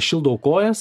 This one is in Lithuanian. šildau kojas